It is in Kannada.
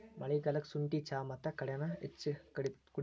ಮಳಿಗಾಲಕ್ಕ ಸುಂಠಿ ಚಾ ಮತ್ತ ಕಾಡೆನಾ ಹೆಚ್ಚ ಕುಡಿತಾರ